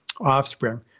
offspring